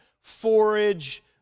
forage